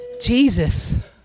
Jesus